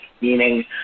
Meaning